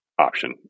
option